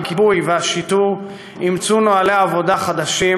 הכיבוי והשיטור אימצו נוהלי עבודה חדשים,